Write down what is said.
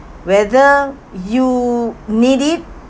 whether you need it